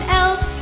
else